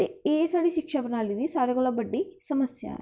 ते एह् साढ़ी शिक्षा प्रणाली ऐ एह् सारें कोला बड़ी बड्डी समस्या ऐ